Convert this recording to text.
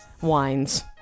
wines